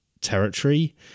territory